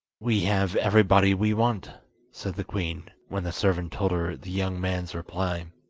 we have everybody we want said the queen, when the servant told her the young man's reply.